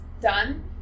done